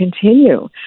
continue